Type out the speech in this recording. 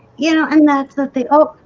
you know and that's that they oh,